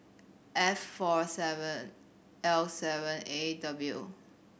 F four seven L seven A W